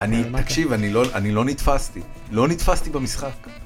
אני... תקשיב, אני לא... אני לא נתפסתי, לא נתפסתי במשחק.